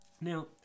Now